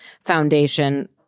Foundation